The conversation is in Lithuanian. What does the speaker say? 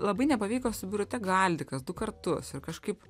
labai nepavyko su birute galdikas du kartus ir kažkaip